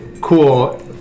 cool